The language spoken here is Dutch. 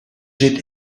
zit